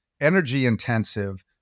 energy-intensive